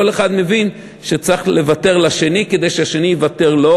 וכל אחד מבין שצריך לוותר לשני כדי שהשני יוותר לו,